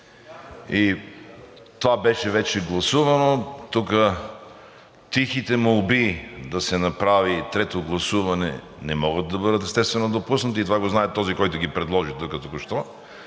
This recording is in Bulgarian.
Това беше вече гласувано. Тук тихите молби да се направи трето гласуване не могат да бъдат, естествено, допуснати и това го знае този, който ги предложи тук току-що,